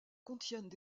contiennent